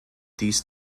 dies